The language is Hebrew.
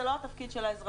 זה לא התפקיד של האזרחים,